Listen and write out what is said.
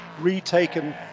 retaken